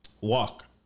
walk